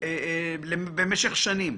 במשך שנים,